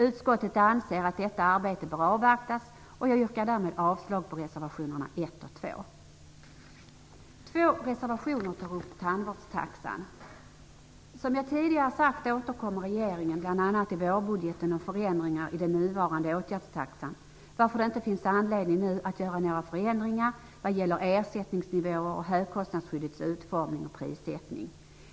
Utskottet anser att detta arbete bär avvaktas, och jag yrkar därmed avslag på reservationerna 1 Två reservationer tar upp tandvårdstaxan. Som jag tidigare sagt återkommer regeringen bl.a. i vårbudgeten om förändringar i den nuvarande åtgärdstaxan, varför det inte nu finns anledning att göra några förändringar vad gäller ersättningsnivåer och högkostnadsskyddets utformning och prissättning.